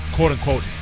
quote-unquote